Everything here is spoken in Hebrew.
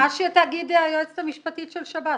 מה שתגיד היועצת המשפטית של שב"ס.